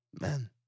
man